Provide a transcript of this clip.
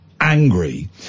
angry